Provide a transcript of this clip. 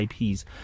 IPs